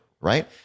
right